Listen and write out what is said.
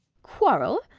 quarrel?